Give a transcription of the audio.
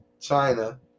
China